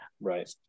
Right